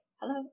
hello